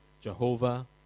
Jehovah